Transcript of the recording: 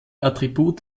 attribut